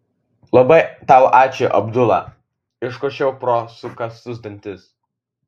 labai tau ačiū abdula iškošiau pro sukąstus dantis